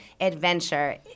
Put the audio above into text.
adventure